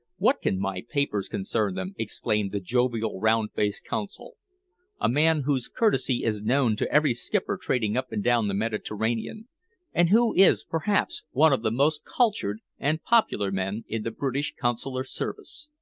what can my papers concern them? exclaimed the jovial, round-faced consul, a man whose courtesy is known to every skipper trading up and down the mediterranean and who is perhaps one of the most cultured and popular men in the british consular service.